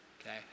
Okay